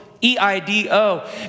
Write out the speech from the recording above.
E-I-D-O